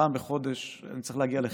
פעם בחודש אני צריך להגיע לכאן.